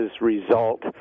result